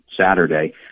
Saturday